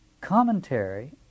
commentary